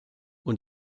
und